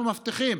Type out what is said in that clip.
אנחנו מבטיחים